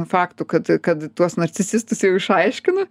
faktų kad kad tuos nacistus jau išaiškino